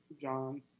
John